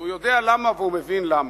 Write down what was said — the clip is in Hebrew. אז הוא יודע למה והוא מבין למה.